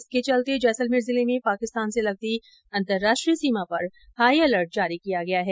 इसके चलते जैसलमेर ॅजिले में पाकिस्तान से लगती अंतर्राष्ट्रीय सीमा पर हाई अलर्ट जारी किया गया है